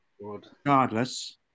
regardless